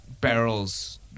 barrels